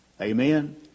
Amen